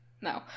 No